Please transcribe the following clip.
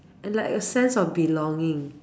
and like a sense of belonging